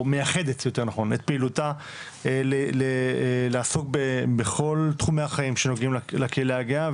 או מייחדת את פעילותה לעסוק בכל תחומי החיים שנוגעים לקהילה הגאה.